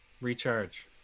Recharge